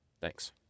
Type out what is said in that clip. Thanks